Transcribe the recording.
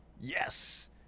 Yes